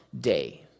day